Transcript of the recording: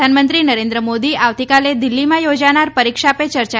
પ્રધાનમંત્રી નરેન્દ્ર મોદી આવતીકાલ દિલ્હીમાં યોજાનાર પરીક્ષા પે ચર્ચા